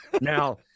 now